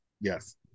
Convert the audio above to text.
yes